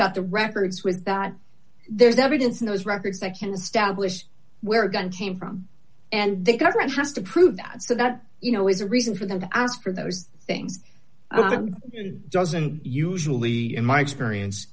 about the records with that there's evidence in those records that can establish where a gun came from and the government has to prove that so that you know is a reason for them to ask for those things doesn't usually in my experience